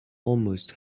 almost